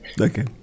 okay